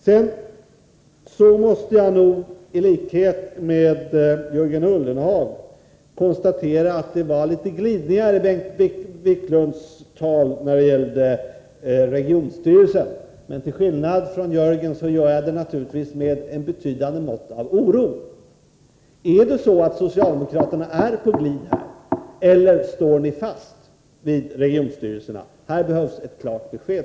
Sedan måste jag nog i likhet med Jörgen Ullenhag konstatera att det var litet glidningar i Bengt Wiklunds tal när det gällde regionstyrelsen. Till skillnad från Jörgen Ullenhag gör jag det naturligtvis med ett betydande mått av oro. Är det så att socialdemokraterna här är på glid eller står ni fast vid regionstyrelserna? Här behövs ett klart besked.